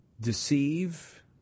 deceive